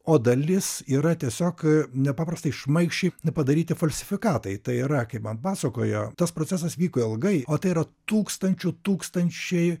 o dalis yra tiesiog nepaprastai šmaikščiai padaryti falsifikatai tai yra kaip man pasakojo tas procesas vyko ilgai o tai yra tūkstančių tūkstančiai